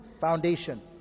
Foundation